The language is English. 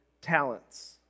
talents